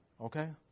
Okay